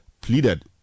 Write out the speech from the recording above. pleaded